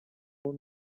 soon